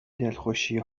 دلخوشی